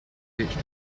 usage